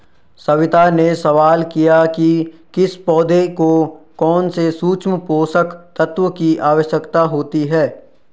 सविता ने सवाल किया कि किस पौधे को कौन से सूक्ष्म पोषक तत्व की आवश्यकता होती है